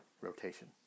rotation